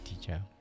teacher